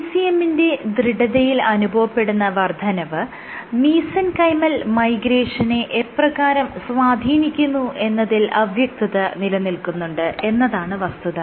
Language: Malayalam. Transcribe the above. ECM ന്റെ ദൃഢതയിൽ അനുഭവപ്പെടുന്ന വർദ്ധനവ് മീസെൻകൈമൽ മൈഗ്രേഷനെ എപ്രകാരം സ്വാധീനിക്കുന്നു എന്നതിൽ അവ്യക്തത നിലനിൽക്കുന്നുണ്ട് എന്നതാണ് വസ്തുത